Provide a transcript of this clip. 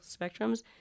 spectrums